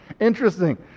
Interesting